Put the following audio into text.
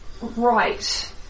right